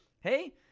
hey